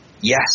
yes